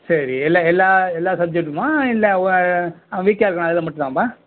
சரி எல்ல எல்லா எல்லா சப்ஜக்டுக்குமா இல்லை ஓ அதை வீக்காக ஆ இருக்கானே அதில் மட்டும்தாம்பா